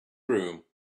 room